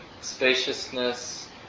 spaciousness